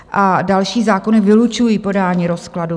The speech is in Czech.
A další zákony vylučují podání rozkladu.